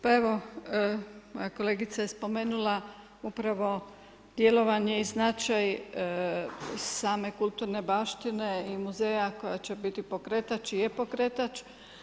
Pa evo moja kolegica je spomenula upravo djelovanje i značaj same kulturne baštine i muzeja koja će biti pokretač i je pokretač.